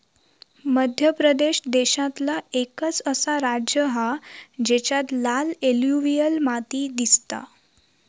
मध्य प्रदेश देशांतला एकंच असा राज्य हा जेच्यात लाल एलुवियल माती दिसता